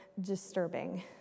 disturbing